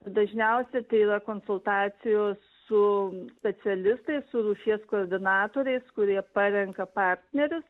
dažniausiai tai yra konsultacijos su specialistais su rūšies koordinatoriais kurie parenka partnerius